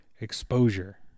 exposure